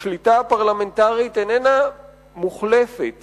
השליטה הפרלמנטרית איננה מוחלפת